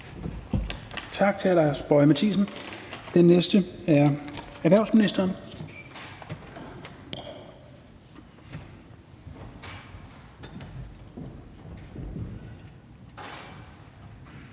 Tak til hr. Lars Boje Mathiesen. Den næste er erhvervsministeren.